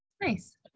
Nice